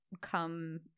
come